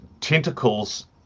tentacles